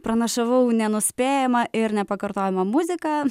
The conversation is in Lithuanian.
pranašavau nenuspėjamą ir nepakartojamą muziką